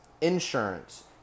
insurance